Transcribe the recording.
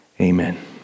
Amen